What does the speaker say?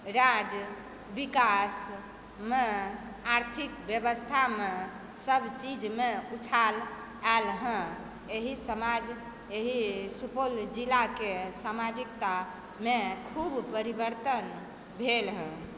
राज्य विकासमे आर्थिक व्यवस्थामे सब चीजमे उछाल आयल हँ एहि समाज एहि सुपौल जिलाके सामाजिकतामे खूब परिवर्तन भेल हँ